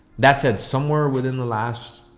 that said somewhere within the last,